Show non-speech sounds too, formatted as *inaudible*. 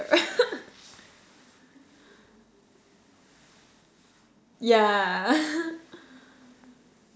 *laughs* yeah *laughs*